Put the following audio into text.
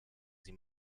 sie